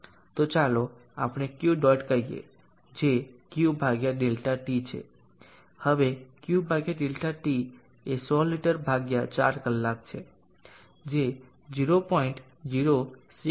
તો ચાલો આપણે ક્યૂ ડોટ કહીએ જે Q ∆t છે હવે Q ∆t એ 100 લિટર ભાગ્યા 4 કલાક છે જે 0